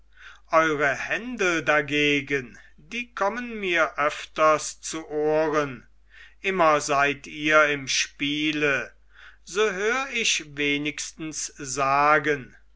eure händel dagegen die kommen mir öfters zu ohren immer seid ihr im spiele so hör ich wenigstens sagen